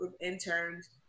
interns